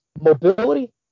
mobility